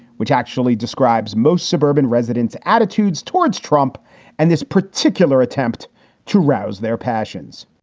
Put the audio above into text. which actually describes most suburban residents attitudes towards trump and this particular attempt to rouse their passions